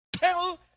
Tell